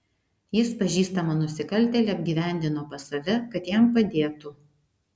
jis pažįstamą nusikaltėlį apgyvendino pas save kad jam padėtų